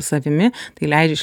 savimi tai leidžia